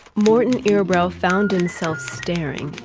morton iroh found himself staring,